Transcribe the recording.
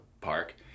park